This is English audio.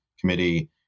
Committee